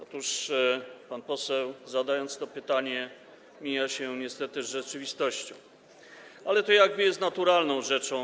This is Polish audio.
Otóż pan poseł, zadając to pytanie, mija się niestety z rzeczywistością, ale to jest naturalną rzeczą.